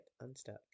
unstuck